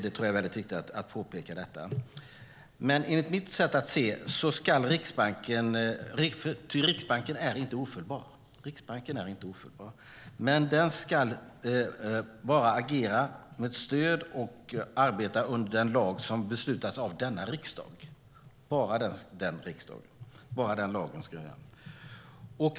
Det är viktigt att påpeka. Enligt mitt sätt att se det är Riksbanken inte ofelbar. Den ska bara agera och arbeta med stöd av och under den lag som beslutas av riksdagen.